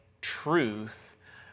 truth